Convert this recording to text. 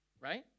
right